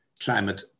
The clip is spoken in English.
climate